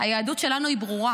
היהדות שלנו היא ברורה,